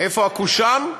איפה הקושאן?